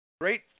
Great